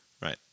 Right